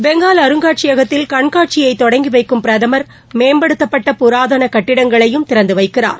பெங்கால் அருங்காட்சியகத்தில் கண்காட்சியை தொடங்கி வைக்கும் பிரதமர் மேம்படுத்தப்பட்ட புராதன கட்டிடங்களையும் திறந்து வைக்கிறார்